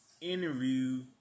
interview